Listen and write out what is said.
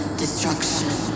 destruction